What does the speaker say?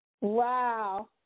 Wow